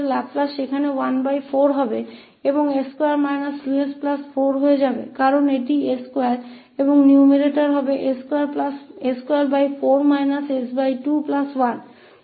Laplace 𝑓2𝑡14 होगा और यह हो जाएगा s2 2s4 क्योंकि यह s2हैऔर अंश s24 s21 है